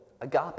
agape